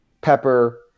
Pepper